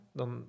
dan